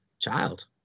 child